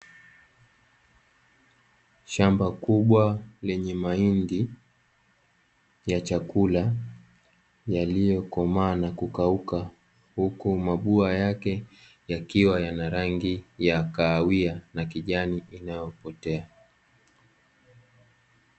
Shamba kubwa lenye mahindi ya chakula yaliyokomaa na kukauka, huku mabua yake yakiwa na rangi ya kahawia na kijani inayopotea.